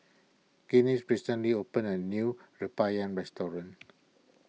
Glennis recently opened a new Rempeyek restaurant